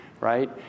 right